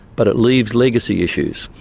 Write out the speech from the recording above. but it leaves legacy issues,